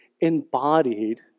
embodied